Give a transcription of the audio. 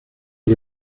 que